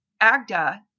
agda